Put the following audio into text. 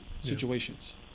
situations